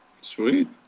Sweet